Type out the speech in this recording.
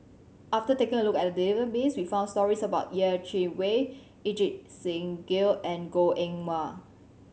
after taking a look at the database we found stories about Yeh Chi Wei Ajit Singh Gill and Goh Eng Wah